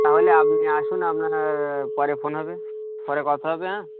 তাহলে আপনি আসুন আপনার পরে ফোন হবে পরে কথা হবে হ্যাঁ